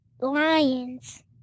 Lions